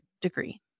degree